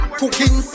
cooking